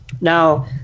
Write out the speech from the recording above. Now